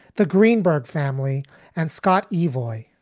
the greenberg family and scott evely.